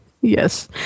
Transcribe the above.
Yes